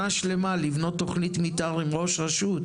במשך שנה שלמה כדי לבנות תכנית מתאר עם ראש רשות